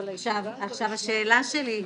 עכשיו השאלה שלי,